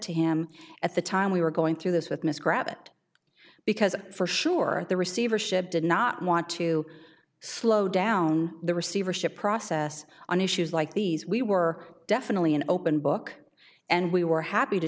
to him at the time we were going through this with misc rabbit because for sure the receivership did not want to slow down the receivership process on issues like these we were definitely an open book and we were happy to